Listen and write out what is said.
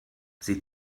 sie